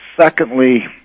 Secondly